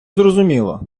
зрозуміло